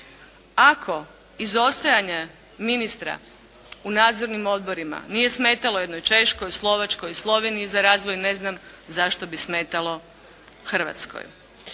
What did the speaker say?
Ako izostajanje ministra u nadzornim odborima nije smetalo jednoj Češkoj, Slovačkoj i Sloveniji za razvoj, ne znam zašto bi smetalo Hrvatskoj.